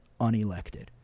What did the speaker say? unelected